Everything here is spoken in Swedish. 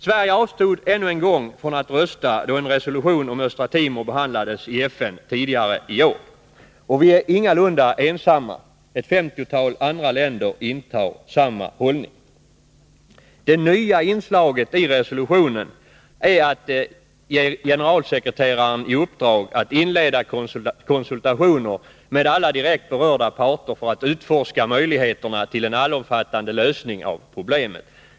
Sverige avstod ännu en gång från att rösta då en resolution om Östra Timor behandlades i FN tidigare i år. Och vi är ingalunda ensamma — ett femtiotal andra länder intar samma hållning. Det nya inslaget i resolutionen är att man skall ge generalsekreteraren i uppdrag att inleda konsultationer med alla direkt berörda parter för att utforska möjligheterna till en allomfattande lösning av problemet.